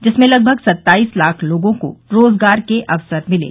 जिसमें लगभग सत्ताईस लाख लोगों को रोजगार के अवसर मिले